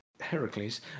Heracles